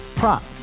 Prop